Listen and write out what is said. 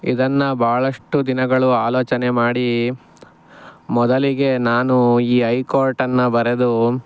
ಇದನ್ನು ಭಾಳಷ್ಟು ದಿನಗಳು ಆಲೋಚನೆ ಮಾಡಿ ಮೊದಲಿಗೆ ನಾನು ಈ ಐ ಕೋರ್ಟನ್ನು ಬರೆದು